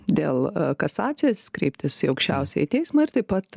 dėl kasacijos kreiptis į aukščiausiąjį teismą ir taip pat